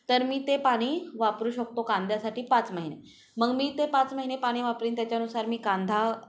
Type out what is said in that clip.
तर मी ते पाणी वापरू शकतो कांद्यासाठी पाच महिने मग मी ते पाच महिने पाणी वापरेन त्याच्यानुसार मी कांदा